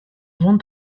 vent